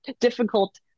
difficult